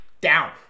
Down